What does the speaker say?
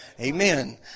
Amen